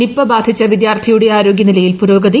Nipah ബാധിച്ച വിദ്യാർത്ഥിയുടെ ആരോഗൃ നിലയിൽ ന് പുരോഗതി